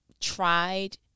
tried